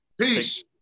Peace